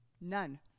None